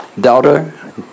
Daughter